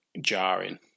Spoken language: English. jarring